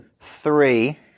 three